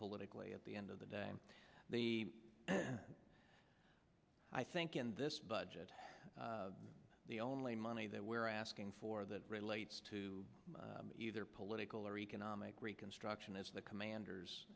politically at the end of the day the i think in this budget the only money that we're asking for that relates to either political or economic reconstruction is the commanders